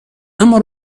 اما